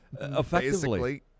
Effectively